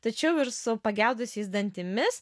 tačiau ir su pagedusiais dantimis